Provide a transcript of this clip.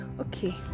Okay